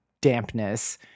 dampness